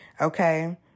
Okay